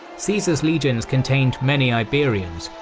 caesar's legions contained many iberians,